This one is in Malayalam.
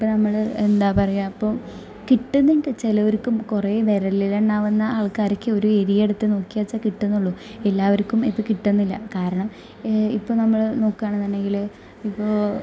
ഇപ്പം നമ്മൾ എന്താ പറയാ ഇപ്പം കിട്ടുന്നുണ്ട് ചിലവർക്കും കുറെ വിരലിലെണ്ണാവുന്ന ആൾക്കാർക്ക് ഒരു ഏരിയെടുത്ത് നോക്കിയാച്ചാൽ കിട്ടുന്നൊള്ളു എല്ലാവർക്കും അത് കിട്ടുന്നില്ല കാരണം ഇപ്പം നമ്മൾ നോക്കാണെന്നുണ്ടെങ്കിൽ ഇപ്പോൾ